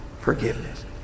forgiveness